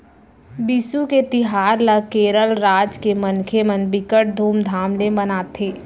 बिसु के तिहार ल केरल राज के मनखे मन बिकट धुमधाम ले मनाथे